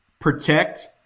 protect